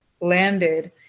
landed